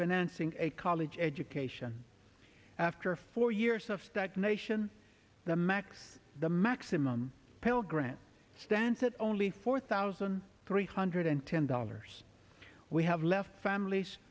financing a college education after four years of stagnation the max the maximum pell grant stands at only four thousand three hundred ten dollars we have left families